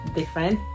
different